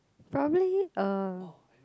probably uh